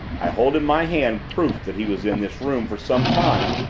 i hold in my hand proof that he was in this room for some time,